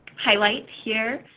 highlight here.